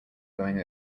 going